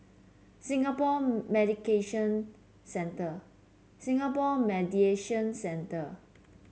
Singapore Medication Centre Singapore Mediation Centre